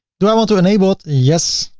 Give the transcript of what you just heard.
do i want to enable it yes.